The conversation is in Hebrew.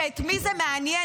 כשאת מי זה מעניין?